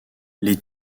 les